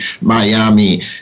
Miami